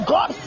God